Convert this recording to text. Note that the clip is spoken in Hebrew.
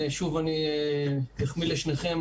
שוב אני אחמיא לשניכם,